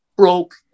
Broke